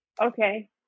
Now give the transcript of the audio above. Okay